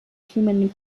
human